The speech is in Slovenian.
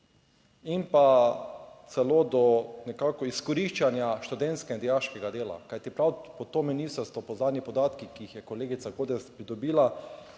In pa celo do nekako izkoriščanja študentskega in dijaškega dela, kajti prav pod to ministrstvo po zadnjih podatkih, ki jih je kolegica Godec pridobila,